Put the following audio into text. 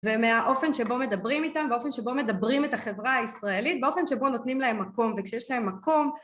ומהאופן שבו מדברים איתם, באופן שבו מדברים את החברה הישראלית, באופן שבו נותנים להם מקום וכשיש להם מקום